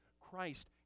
Christ